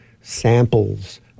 samples